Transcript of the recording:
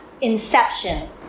inception